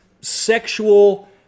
sexual